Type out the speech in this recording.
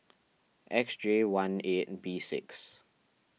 X J one eight B six